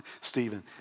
Stephen